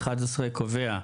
קובע: